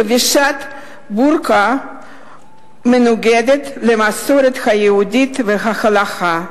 חבישת בורקה מנוגדת למסורת היהודית ולהלכה,